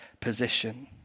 position